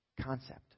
concept